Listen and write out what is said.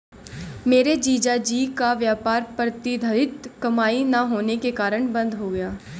मेरे जीजा जी का व्यापार प्रतिधरित कमाई ना होने के कारण बंद हो गया